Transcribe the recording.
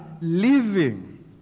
living